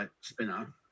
spinner